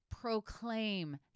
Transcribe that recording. proclaim